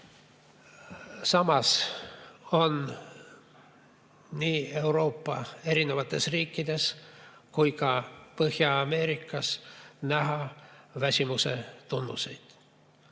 teed. Nii Euroopa erinevates riikides kui ka Põhja-Ameerikas on näha väsimuse tunnuseid.